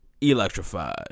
Electrified